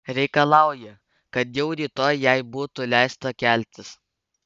reikalauja kad jau rytoj jai būtų leista keltis